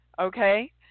okay